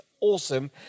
awesome